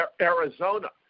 Arizona